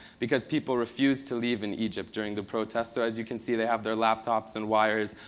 because people refused to leave in egypt during the protests. as you can see, they have their laptops and wires.